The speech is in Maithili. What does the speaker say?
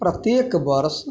प्रत्येक वर्ष